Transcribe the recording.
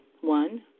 One